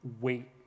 wait